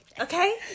Okay